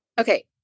Okay